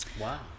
Wow